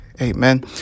Amen